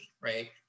right